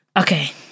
Okay